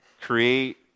create